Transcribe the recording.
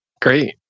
Great